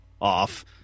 off